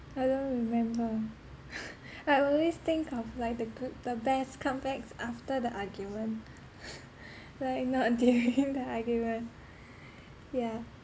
I don't remember I always think of like the good the best comebacks after the argument like not until the end that are given yeah